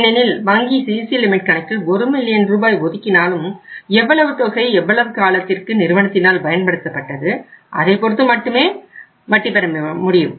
ஏனெனில் வங்கி CC limit கணக்கில் ஒரு மில்லியன் ரூபாய் ஒதுக்கினாலும் எவ்வளவு தொகை எவ்வளவு காலத்திற்கு நிறுவனத்தினால் பயன்படுத்தப்பட்டதோ அதை பொறுத்து மட்டுமே வட்டி பெற முடியும்